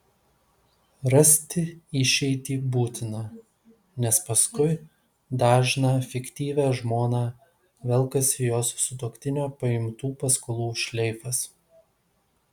rasti išeitį būtina nes paskui dažną fiktyvią žmoną velkasi jos sutuoktinio paimtų paskolų šleifas